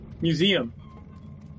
Museum